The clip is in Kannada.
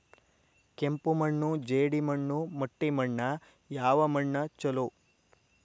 ಕೆಂಪು ಮಣ್ಣು, ಜೇಡಿ ಮಣ್ಣು, ಮಟ್ಟಿ ಮಣ್ಣ ಯಾವ ಮಣ್ಣ ಛಲೋ?